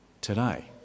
today